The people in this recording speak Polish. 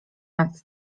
nad